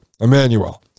Emmanuel